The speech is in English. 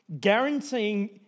guaranteeing